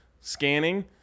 scanning